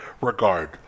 regard